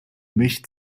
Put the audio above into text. mich